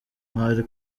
mwari